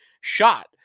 shot